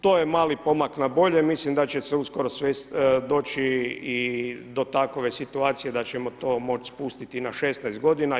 To je mali pomak na bolje, mislim da će se uskoro doći i do takove situacije da ćemo to moći spustiti i na 16 godina.